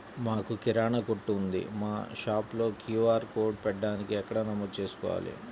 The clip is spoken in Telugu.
మాకు కిరాణా కొట్టు ఉంది మా షాప్లో క్యూ.ఆర్ కోడ్ పెట్టడానికి ఎక్కడ నమోదు చేసుకోవాలీ?